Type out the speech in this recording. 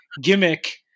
gimmick